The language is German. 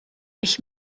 ich